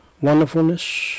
wonderfulness